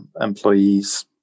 employees